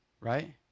right